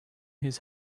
his